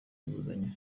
inguzanyo